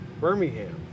Birmingham